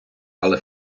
але